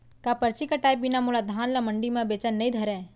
का परची कटाय बिना मोला धान ल मंडी म बेचन नई धरय?